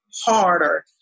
harder